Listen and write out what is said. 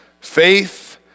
faith